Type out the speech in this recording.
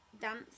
dance